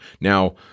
Now